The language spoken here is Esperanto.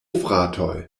fratoj